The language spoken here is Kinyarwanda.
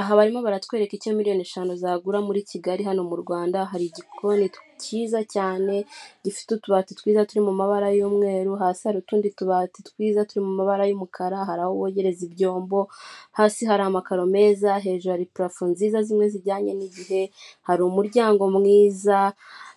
Aha barimo baratwereka icyo miriyoni eshanu zagura muri Kigali, hano mu Rwanda. Hari igikoni cyiza cyane gifite utubati twiza turi mu mabara y'umweru, hasi hari utundi tubati twiza turi mu mabara y'umukara, hari aho wogereza ibyombo, hasi hari amakaro meza hejuru hari purafo nziza zimwe zijyanye n'igihe, hari umuryango mwiza.